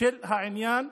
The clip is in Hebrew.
של העניין.